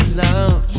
love